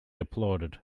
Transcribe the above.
applauded